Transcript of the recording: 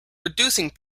reducing